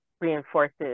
reinforces